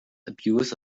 abuse